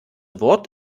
wort